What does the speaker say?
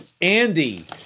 Andy